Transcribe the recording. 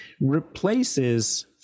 replaces